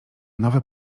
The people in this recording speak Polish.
nowe